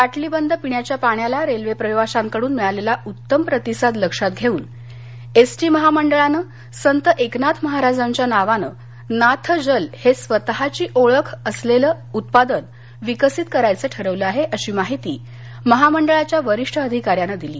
बाटलीबंद पिण्याच्या पाण्याला रेल्वे प्रवाशांकडून मिळालेला उत्तम प्रतिसाद लक्षात घेऊन एस टी महामंडळानं संत एकनाथ महाराजांच्या नावानं नाथ जल हे स्वतःघी स्वतंत्र ओळख असलेलं उत्पादन विकसित करायचं ठरवलं आहे अशी माहिती महामंडळाच्या वरिष्ठ अधिकाऱ्यानं दिली